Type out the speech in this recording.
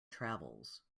travels